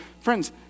friends